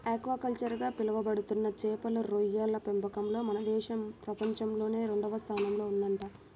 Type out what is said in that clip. aquaculture గా పిలవబడుతున్న చేపలు, రొయ్యల పెంపకంలో మన దేశం ప్రపంచంలోనే రెండవ స్థానంలో ఉందంట